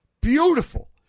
beautiful